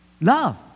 Love